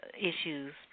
issues